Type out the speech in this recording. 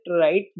right